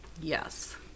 Yes